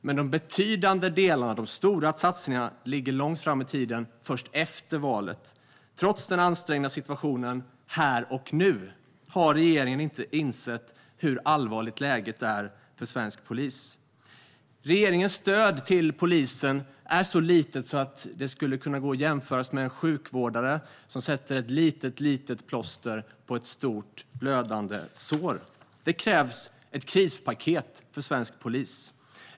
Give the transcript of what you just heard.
Men de betydande delarna, de stora satsningarna, ligger långt fram i tiden, först efter valet. Trots den ansträngda situationen här och nu har regeringen inte insett hur allvarlig läget är för svensk polis. Regeringens stöd till polisen är så litet att det skulle kunna gå att jämföra med en sjukvårdare som sätter ett litet plåster på ett stort blödande sår. Det krävs ett krispaket för svensk polis.